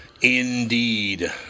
Indeed